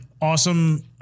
awesome